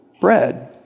bread